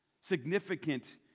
significant